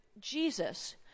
Jesus